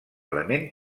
element